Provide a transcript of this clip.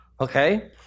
okay